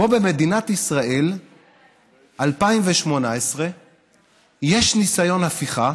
שבמדינת ישראל 2018 יש ניסיון הפיכה,